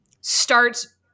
starts